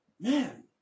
Man